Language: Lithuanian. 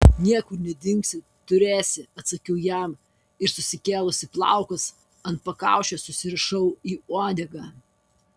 niekur nedingsi turėsi atsakiau jam ir susikėlusi plaukus ant pakaušio susirišau į uodegą